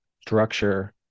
structure